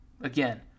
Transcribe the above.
Again